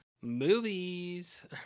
movies